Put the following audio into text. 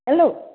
hello